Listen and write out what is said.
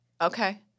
Okay